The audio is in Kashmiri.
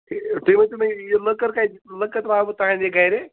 ٹھی تُہۍ ؤنۍتَو مےٚ یہِ لٔکٕر کَتہِ لکٕر والہٕ بہٕ تانۍ یہِ گَرِ